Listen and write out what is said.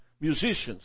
musicians